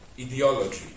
ideology